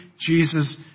Jesus